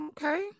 okay